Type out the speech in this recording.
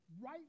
right